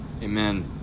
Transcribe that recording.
Amen